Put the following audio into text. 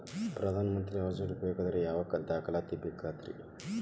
ಪ್ರಧಾನ ಮಂತ್ರಿ ಆವಾಸ್ ಯೋಜನೆ ಪಡಿಬೇಕಂದ್ರ ಯಾವ ದಾಖಲಾತಿ ಬೇಕಾಗತೈತ್ರಿ?